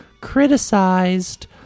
criticized